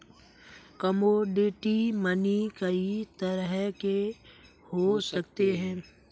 commodity money कई तरह के हो सकते हैं